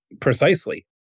Precisely